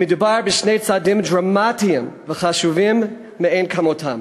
מדובר בשני צעדים דרמטיים וחשובים מאין כמותם.